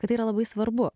kad tai yra labai svarbu